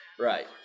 Right